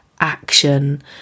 action